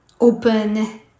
open